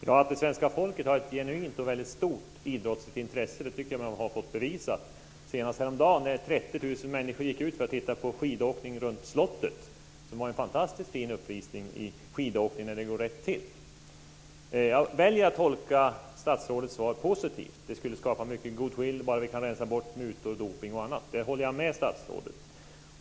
Fru talman! Att det svenska folket har ett stort och genuint idrottsligt intresse har vi fått bevisat. Senast var det häromdagen när 30 000 människor gick ut för att titta på skidåkning runt slottet. Det var en fantastiskt fin uppvisning i skidåkning när den går rätt till. Jag väljer att tolka statsrådets svar positivt. Jag håller med statsrådet att det skulle skapa mycket goodwill om vi kunde rensa bort mutor, dopning och annat.